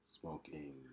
Smoking